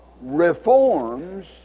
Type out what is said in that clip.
reforms